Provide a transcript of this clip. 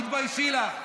תתביישי לך.